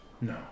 No